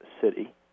city